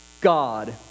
God